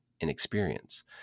inexperience